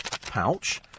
pouch